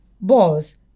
boss